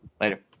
Later